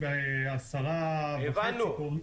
-- הבנו.